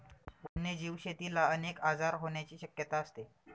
वन्यजीव शेतीला अनेक आजार होण्याची शक्यता असते